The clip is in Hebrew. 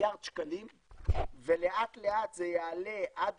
למיליארד שקלים ולאט לאט זה יעלה עד